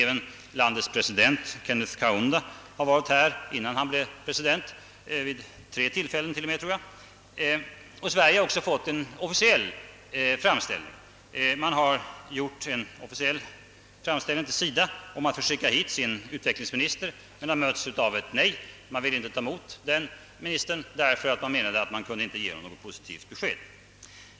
Även landets president Kenneth Kaunda har varit här innan han blev president — vid tre tillfällen till och med tror jag — och Sverige har också genom SIDA fått en officiell framställning från Zambia att det skulle få skicka hit sin utvecklingsminister, men de möttes av ett nej. Vi vill inte ta emot denna minister, ty vi menade att vi inte kunde ge honom något positivt besked.